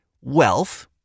Wealth